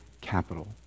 capital